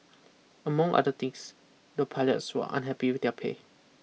among other things the pilots were unhappy with their pay